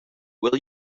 will